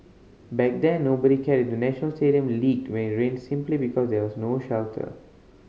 back then nobody cared the National Stadium leaked when it rained simply because there was no shelter